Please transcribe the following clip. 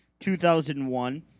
2001